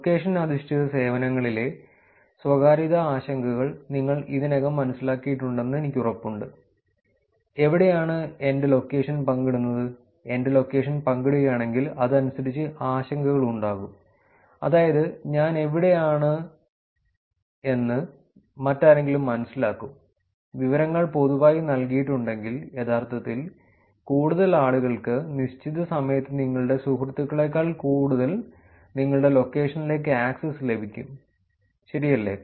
location അധിഷ്ഠിത സേവനങ്ങളിലെ സ്വകാര്യതാ ആശങ്കകൾ നിങ്ങൾ ഇതിനകം മനസ്സിലാക്കിയിട്ടുണ്ടെന്ന് എനിക്ക് ഉറപ്പുണ്ട് എവിടെയാണ് എന്റെ ലൊക്കേഷൻ പങ്കിടുന്നത് എന്റെ ലൊക്കേഷൻ പങ്കിടുകയാണെങ്കിൽ അതനുസരിച്ച് ആശങ്കകൾ ഉണ്ടാകും അതായത് ഞാൻ എവിടെയാണെന്ന് മറ്റാരെങ്കിലും മനസ്സിലാക്കും വിവരങ്ങൾ പൊതുവായി നൽകിയിട്ടുണ്ടെങ്കിൽ യഥാർത്ഥത്തിൽ കൂടുതൽ ആളുകൾക്ക് നിശ്ചിത സമയത്ത് നിങ്ങളുടെ സുഹൃത്തുക്കളേക്കാൾ കൂടുതൽ നിങ്ങളുടെ ലൊക്കേഷനിലേക്ക് ആക്സസ് ലഭിക്കും ശെരി അല്ലെ